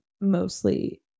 mostly